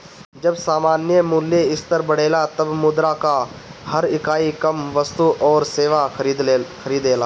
जब सामान्य मूल्य स्तर बढ़ेला तब मुद्रा कअ हर इकाई कम वस्तु अउरी सेवा खरीदेला